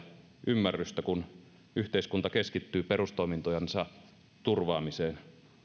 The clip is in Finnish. ymmärrystä kun yhteiskunta keskittyy perustoimintojensa turvaamiseen